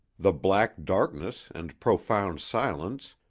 the black darkness and profound silence,